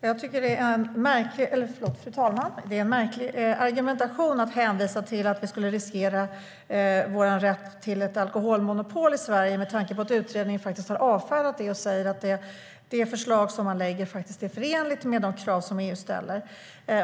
Fru talman! Jag tycker att det är en märklig argumentation att hänvisa till att vi skulle riskera vår rätt till ett alkoholmonopol i Sverige med tanke på att utredningen har avfärdat detta och säger att det förslag som man lägger fram är förenligt med de krav som EU ställer.